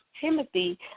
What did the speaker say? Timothy